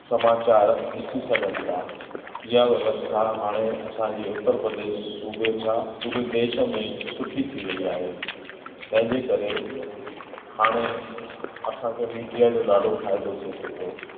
समाचारु ॾिसी सघनि था इहा व्यवस्था हाणे असांजे उतर प्रदेश सूबे छा पूरे देश में सुठी थी वई आहे तंहिंजे करे हाणे असांखे मीडिया जो ॾाढो फ़ाइदो थिए थो पियो